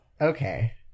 Okay